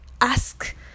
ask